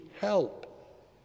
help